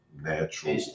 natural